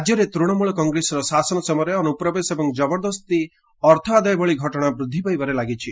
ରାଜ୍ୟରେ ତ୍ଦଶମଳ କଂଗ୍ରେସର ଶାସନ ସମୟରେ ଅନୁପ୍ରବେଶ ଏବଂ ଜବରଦସ୍ତୀ ଅର୍ଥ ଆଦାୟ ଭଳି ଘଟଣା ବୃଦ୍ଧି ପାଇବାରେ ଲାଗିଛି